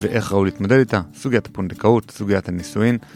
ואיך ראוי להתמודד איתה? סוגיית הפונדקאות? סוגיית הנישואין?